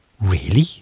Really